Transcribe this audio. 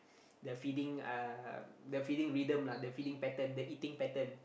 the feeding uh the feeding rhythm lah the feeding pattern the eating pattern